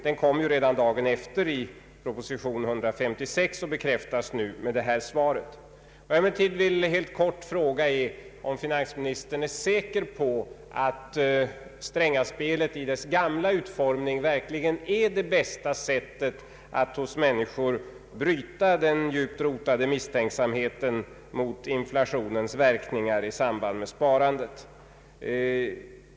Den kom redan dagen därpå i proposition 156 och bekräftas nu av detta svar. Jag vill emellertid helt kort fråga om finansministern är säker på att ”Strängaspelet” i dess gamla utformning verkligen är det bästa sättet att hos människor bryta den djupt rotade misstänksamheten mot <:inflationens verkningar i samband med sparande.